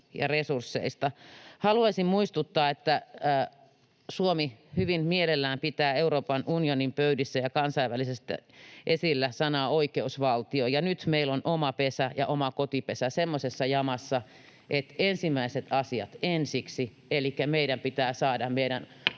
ja resursseista. Haluaisin muistuttaa, että Suomi hyvin mielellään pitää Euroopan unionin pöydissä ja kansainvälisesti esillä sanaa ”oikeusvaltio”, ja nyt meillä on oma pesä ja oma kotipesä semmoisessa jamassa, että ensimmäiset asiat ensiksi. Elikkä meidän pitää saada meidän